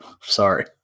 Sorry